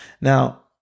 Now